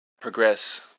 progress